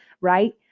right